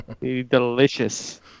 Delicious